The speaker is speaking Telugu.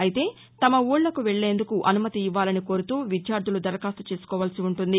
అయితే తమ ఊళ్లకు వెళ్లేందుకు అనుమతి ఇవ్వాలని కోరుతూ విద్యార్దులు దరఖాస్తు చేసుకోవాల్సి ఉంటుంది